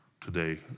today